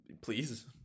Please